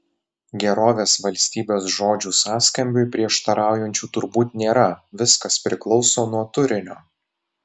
gerovės valstybės žodžių sąskambiui prieštaraujančių turbūt nėra viskas priklauso nuo turinio